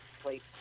Place